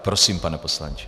Prosím, pane poslanče.